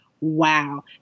wow